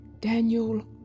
Daniel